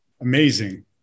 Amazing